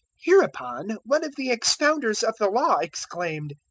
hereupon one of the expounders of the law exclaimed,